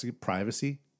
privacy